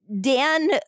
Dan